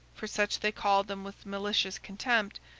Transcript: for such they called them with malicious contempt,